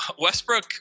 Westbrook